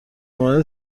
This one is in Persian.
مورد